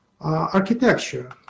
architecture